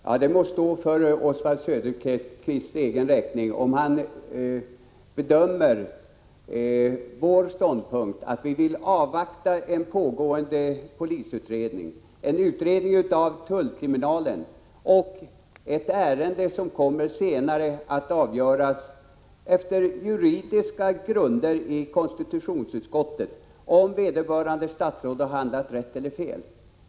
Herr talman! Det må stå för Oswald Söderqvists egen räkning om han fördömer vår ståndpunkt. Vi vill avvakta en pågående polisutredning, en utredning av tullkriminalen och ett avgörande av ärendet i konstitutionsutskottet, som på juridiska grunder skall ta ställning till om vederbörande statsråd har handlat rätt eller fel.